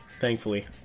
thankfully